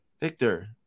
Victor